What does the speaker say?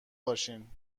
باشین